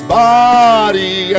body